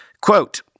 Quote